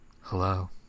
hello